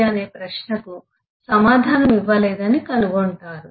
' అనే ప్రశ్నకు సమాధానం ఇవ్వలేదని కనుగొంటారు